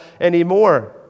anymore